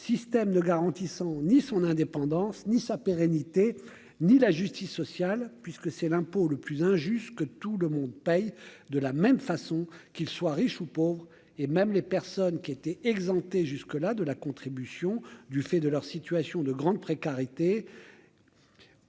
système ne garantissant ni son indépendance ni sa pérennité ni la justice sociale, puisque c'est l'impôt le plus injuste que tout le monde paye de la même façon qu'il soit riche ou pauvre, et même les personnes qui étaient exemptés jusque-là de la contribution du fait de leur situation de grande précarité.